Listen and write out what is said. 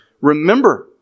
Remember